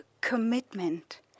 commitment